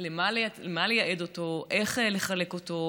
למה לייעד אותו, איך לחלק אותו,